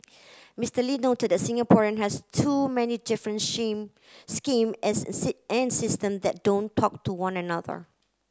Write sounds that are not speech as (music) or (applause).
Mister Lee noted that Singapore has too many different shame scheme as (unintelligible) and system that don't talk to one another